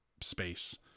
space